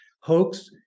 hoax